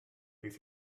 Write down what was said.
bydd